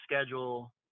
schedule